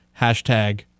hashtag